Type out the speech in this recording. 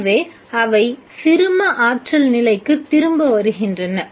எனவே அவை சிறும ஆற்றல் நிலைக்குத் திரும்ப வருகின்றன